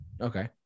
Okay